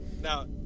now